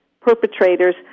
perpetrators